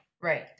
Right